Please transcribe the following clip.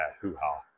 hoo-ha